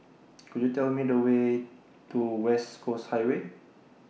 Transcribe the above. Could YOU Tell Me The Way to West Coast Highway